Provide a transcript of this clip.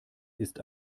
ist